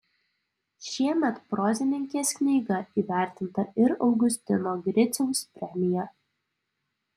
šiemet prozininkės knyga įvertinta ir augustino griciaus premija